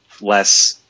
less